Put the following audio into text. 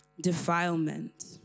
Defilement